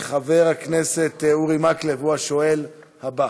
חבר הכנסת אורי מקלב הוא השואל הבא.